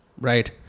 Right